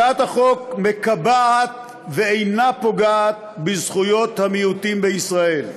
הצעת החוק מקבעת ואינה פוגעת בזכויות המיעוטים בישראל.